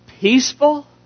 peaceful